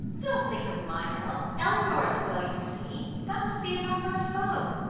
don't think of my health. elinor is well, you see. that must be enough for us both.